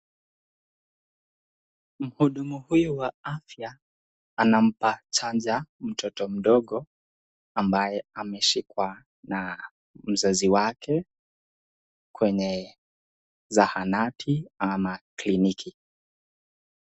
Mhudumu huyu wa afya, anampa chanja mtoto mdogo ambaye ameshikwa na mzazi wake kwenye zahanati ama kliniki.